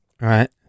right